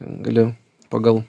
gali pagal